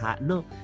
no